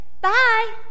bye